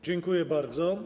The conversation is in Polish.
Dziękuję bardzo.